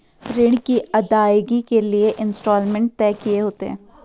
ऋण की अदायगी के लिए इंस्टॉलमेंट तय किए होते हैं